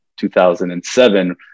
2007